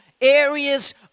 areas